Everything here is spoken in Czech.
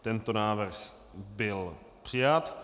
Tento návrh byl přijat.